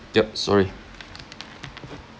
yup sorry